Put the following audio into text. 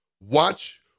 Watch